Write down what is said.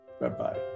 Bye-bye